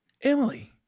Emily